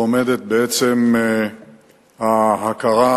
עומדת ההכרה,